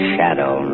Shadow